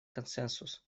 консенсус